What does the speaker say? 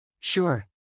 Sure